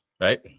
right